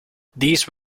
these